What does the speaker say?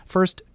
First